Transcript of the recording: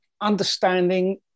understanding